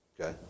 Okay